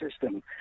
system